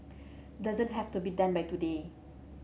doesn't have to be done by today